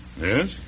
Yes